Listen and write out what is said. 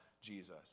Jesus